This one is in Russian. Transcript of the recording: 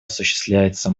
осуществляется